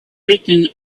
written